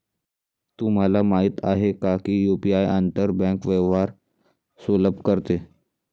तुम्हाला माहित आहे का की यु.पी.आई आंतर बँक व्यवहार सुलभ करते?